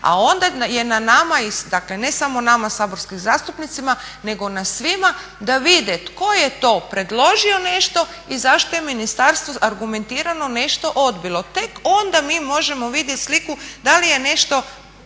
A onda je na nama i dakle ne samo nama saborskim zastupnicima nego na svima da vide tko je to predložio nešto i zašto je ministarstvo argumentirano nešto odbilo. Tek onda mi možemo vidjeti sliku da li je nešto,